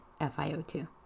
FiO2